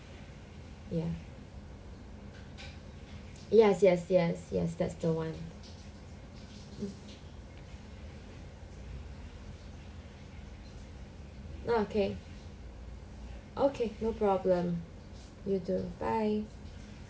ya yes yes yes yes that's the one okay okay no problem you too bye